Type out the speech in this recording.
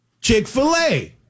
Chick-fil-A